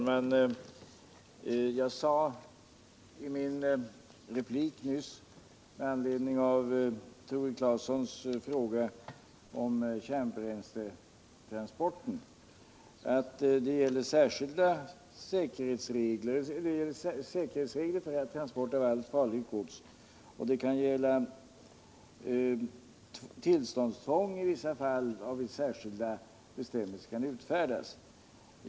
Herr talrnan! Jag sade i min replik nyss med anledning av Tore Claesons fråga om kärnbränsletransporten, att det finns säkerhetsregler för transport av allt farligt gods och att det i vissa fall kan gälla tillståndstvång, varvid särskilda bestämmelser kan utfärdas.